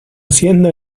siendo